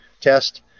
test